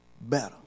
better